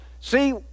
see